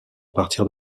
partir